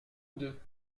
deux